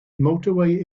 motorway